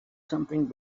something